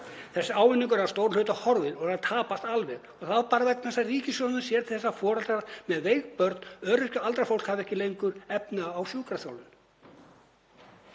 Þessi ávinningur er að stórum hluta horfinn og er að tapast alveg og það bara vegna þess að ríkisstjórnin sér til þess að foreldrar með veik börn, öryrkjar og aldrað fólk hafi ekki lengur efni á sjúkraþjálfun.